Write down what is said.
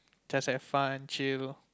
just have fun chill